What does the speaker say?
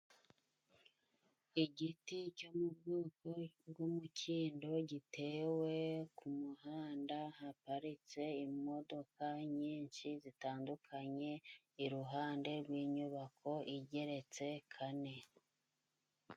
Igiti cyo mu bwoko bw'umukindo gitewe ku muhanda, haparitse imodoka nyinshi zitandukanye, iruhande rw'inyubako igeretse kane.